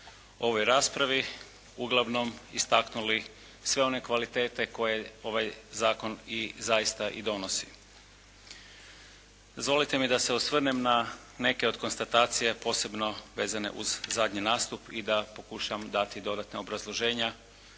ovoj raspravi i uglavnom istaknuli sve one kvalitete koje ovaj zakon i zaista i donosi. Dozvolite mi da se osvrnem na neke od konstatacija posebno vezane uz zadnji nastup i da pokušam dati dodatna obrazloženja